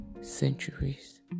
centuries